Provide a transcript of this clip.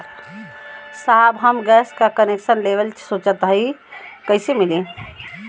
साहब हम गैस का कनेक्सन लेवल सोंचतानी कइसे मिली?